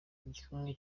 igikumwe